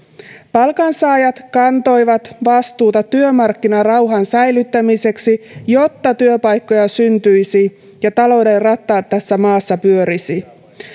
palkansaajat kantoivat vastuuta työmarkkinarauhan säilyttämiseksi jotta työpaikkoja syntyisi ja talouden rattaat tässä maassa pyörisivät